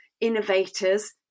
innovators